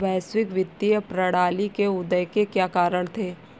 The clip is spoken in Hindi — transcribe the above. वैश्विक वित्तीय प्रणाली के उदय के क्या कारण थे?